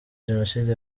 jenoside